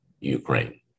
Ukraine